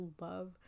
love